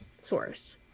source